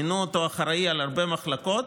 מינו אותו לאחראי להרבה מחלקות,